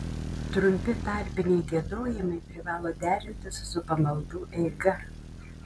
trumpi tarpiniai giedojimai privalo derintis su pamaldų eiga